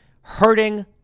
hurting